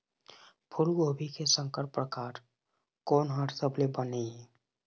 फूलगोभी के संकर परकार कोन हर सबले बने ये?